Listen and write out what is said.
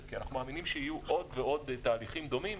כי אנחנו מאמינים שיהיו עוד ועוד תהליכים דומים,